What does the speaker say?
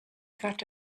threat